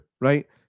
right